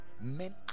men